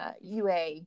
UA